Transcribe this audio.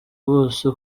bose